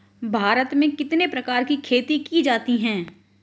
भारत में कितने प्रकार की खेती की जाती हैं?